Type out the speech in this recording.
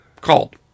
called